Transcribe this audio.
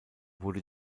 wurde